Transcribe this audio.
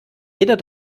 jeder